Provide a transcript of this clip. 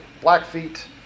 Blackfeet